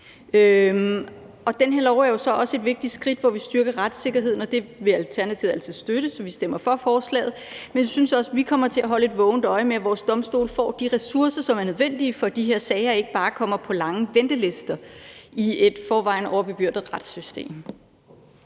på. Det her lovforslag er jo så også et vigtigt skridt, hvor vi styrker retssikkerheden, og det vil Alternativet altid støtte, så vi stemmer for forslaget. Men jeg synes også, vi kommer til at holde et vågent øje med, at vores domstole får de ressourcer, som er nødvendige, så de her sager ikke bare kommer på lange ventelister i et i forvejen overbebyrdet retssystem.